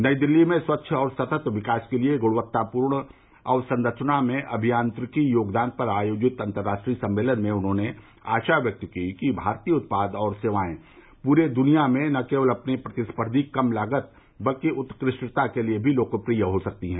नई दिल्ली में स्वच्छ और सतत विकास के लिए गुणवत्तापूर्ण अवसंरचना में अभियांत्रिकी योगदान पर आयोजित अंतर्राष्ट्रीय सम्मेलन में उन्होंने आशा व्यक्त की कि भारतीय उत्पाद और सेवाए पूरी दुनिया में न केवल अपनी प्रतिस्पर्धी कम लागत बल्कि उत्कृष्टता के लिए भी लोकप्रिय हो सकती हैं